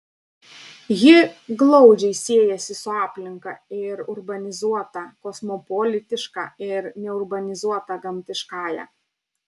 ji glaudžiai siejasi su aplinka ir urbanizuota kosmopolitiška ir neurbanizuota gamtiškąja